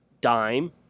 dime